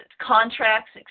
contracts